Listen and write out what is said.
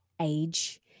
age